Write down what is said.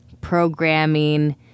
programming